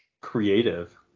Creative